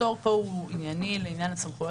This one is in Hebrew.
הפטור כאן הוא ענייני לעניין הסמכויות